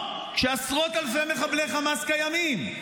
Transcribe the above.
כשעשרות אלפי מחבלי חמאס קיימים,